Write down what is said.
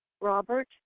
Robert